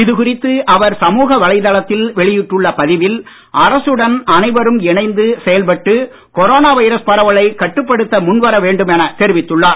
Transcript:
இதுகுறித்து அவர் சமூக வலைதளத்தில் வெளியிட்டுள்ள பதிவில் அரசுடன் அனைவரும் இணைந்து செயல்பட்டு கொரோனா வைரஸ் பரவலை கட்டுப்படுத்த முன்வர வேண்டும் என தெரிவித்துள்ளார்